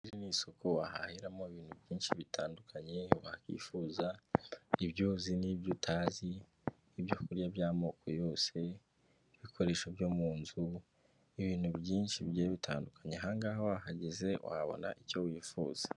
Iri ni isoko wahaheramo ibintu byinshi bitandukanye wakwifuza, ibyo uzi n'ibyo utazi; ibyo kurya by'amoko yose, ibikoresho byo mu nzu, ibintu byinshi bigiye bitandukanye. Ahangaha wahageze wabona icyo wifuza.